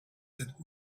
that